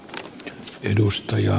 arvoisa puhemies